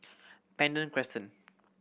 Pandan Crescent